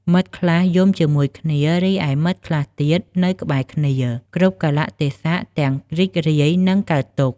មិត្តខ្លះយំជាមួយគ្នា រីឯមិត្តខ្លះទៀតនៅក្បែរគ្នា គ្រប់កាលៈទេសៈទាំងរីករាយ និងកើតទុក្ខ។